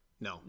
No